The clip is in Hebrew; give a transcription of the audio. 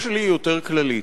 השאלה שלי היא יותר כללית: